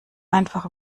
einfach